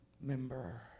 member